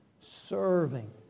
serving